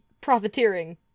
profiteering